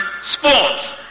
sports